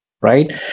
right